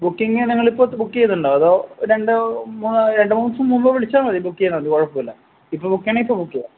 booking നിങ്ങളിപ്പോള് book ചെയ്യുന്നുണ്ടോ അതോ രണ്ട് മൂന്ന് രണ്ട് മൂന്ന് ദിവസം മുമ്പ് വിളിച്ചാല് മതി ബുക്ക് ചെയ്താല് മതി കുഴപ്പമില്ല ഇപ്പോള് ബുക്ക് ചെയ്യണമെങ്കില് ഇപ്പോള് ബുക്ക് ചെയ്യാം